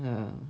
mm